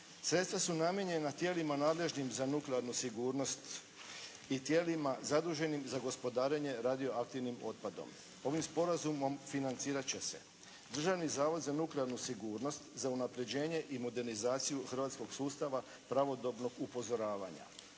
Sredstva su namijenjena tijelima nadležnim za nuklearnu sigurnost i tijelima zaduženim za gospodarenje radioaktivnim otpadom. Ovim sporazumom financirat će se Državni zavod za nuklearnu sigurnost, za unapređenje i modernizaciju hrvatskog sustava pravodobnog upozoravanja.